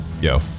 Yo